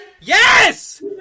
Yes